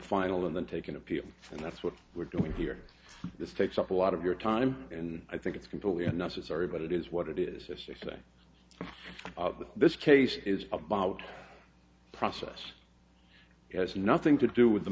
final and then take an appeal and that's what we're doing here this takes up a lot of your time and i think it's completely unnecessary but it is what it is to say some of this case is about process has nothing to do with the